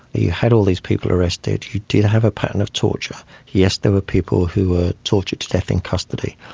you had all these people arrested, you did have a pattern of torture, yes there were people who were tortured to death in custody,